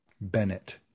Bennett